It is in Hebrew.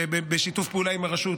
ובשיתוף פעולה עם הרשות,